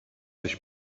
ich